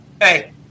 Hey